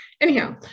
Anyhow